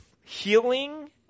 healing